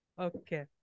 Okay